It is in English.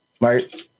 Right